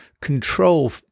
control